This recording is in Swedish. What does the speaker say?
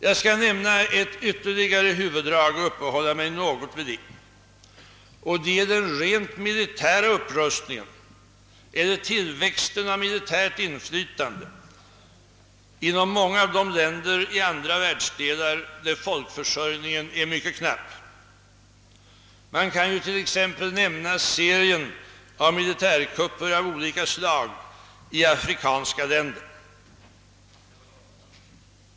Jag skall nämna ett ytterligare huvuddrag och uppehålla mig något vid det. Det gäller den militära upprustningen eller det ökade militära inflytandet inom många av de länder i andra världsdelar där folkförsörjningen är mycket knapp. Man kan t.ex. nämna serien av militärkupper av olika slag i afrikanska länder.